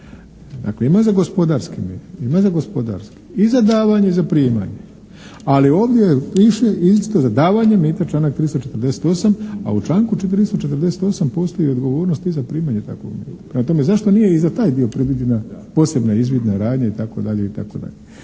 Dakle, ima za gospodarski mit, ima za gospodarski i za davanje i za primanje ali ovdje piše isto za davanje mita članak 348., a u članku 348. postoji odgovornost i za primanje takvog mita. Prema tome, zašto nije i za taj dio predviđena posebna izvidna radnja itd. Mislim da se